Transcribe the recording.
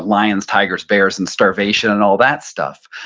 lions, tigers, bears and starvation and all that stuff,